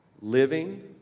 living